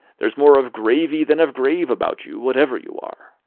there's more of gravy than of grave about you, whatever you are!